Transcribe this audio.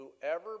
Whoever